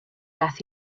death